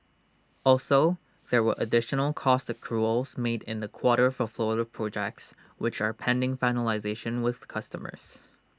also there were additional cost accruals made in the quarter for floater projects which are pending finalisation with customers